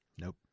Nope